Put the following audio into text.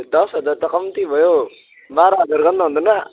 दस हजार त कम्ती भयो बाह्र हजार गर्नुहुँदैन